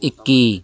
ਇੱਕੀ